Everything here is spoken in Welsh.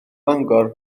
mangor